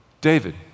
David